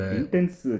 intense